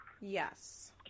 Yes